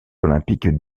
olympiques